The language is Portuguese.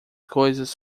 coisas